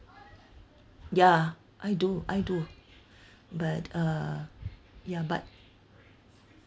ya I do I do but uh ya but